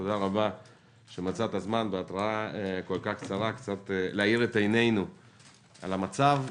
תודה רבה שמצאת זמן בהתראה כל כך קצרה להאיר את עינינו על המצב.